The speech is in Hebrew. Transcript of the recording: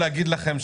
אותי.